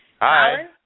Hi